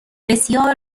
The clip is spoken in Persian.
بسیار